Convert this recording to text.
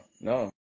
no